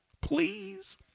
Please